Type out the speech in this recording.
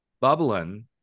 bubbling